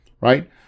Right